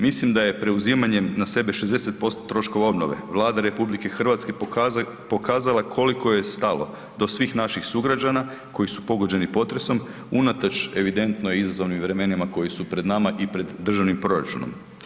Mislim da je preuzimanjem na sebe 60% troškova obnove Vlada RH pokazala koliko joj je stalo do svih naših sugrađana koji su pogođeni potresom unatoč evidentno izazovnim vremenima koji su pred i pred državnim proračunom.